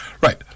right